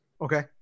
Okay